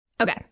Okay